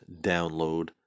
download